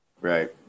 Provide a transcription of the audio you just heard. Right